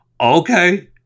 okay